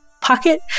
pocket